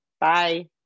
Bye